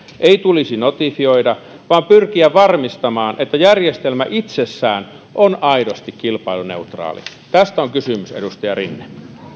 ei tulisi notifioida vaan pyrkiä varmistamaan että järjestelmä itsessään on aidosti kilpailuneutraali tästä on kysymys edustaja rinne